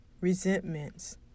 resentments